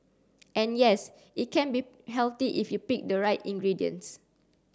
and yes it can be healthy if you pick the right ingredients